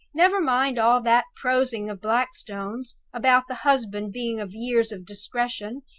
never mind all that prosing of blackstone's, about the husband being of years of discretion,